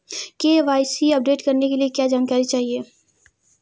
KYC update करने के लिए क्या जानकारी चाहिए?